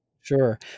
Sure